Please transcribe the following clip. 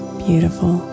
beautiful